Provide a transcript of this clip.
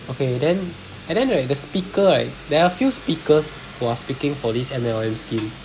okay then and then right the speaker right there are a few speakers who are speaking for this M_L_M scheme